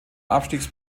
abstiegs